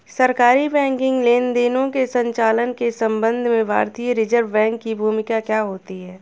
सरकारी बैंकिंग लेनदेनों के संचालन के संबंध में भारतीय रिज़र्व बैंक की भूमिका क्या होती है?